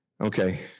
Okay